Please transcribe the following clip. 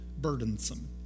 burdensome